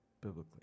biblically